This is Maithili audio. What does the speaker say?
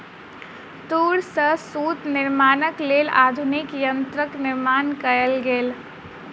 तूर सॅ सूत निर्माणक लेल आधुनिक यंत्रक निर्माण कयल गेल